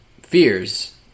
fears